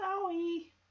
Sorry